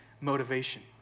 motivation